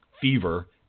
fever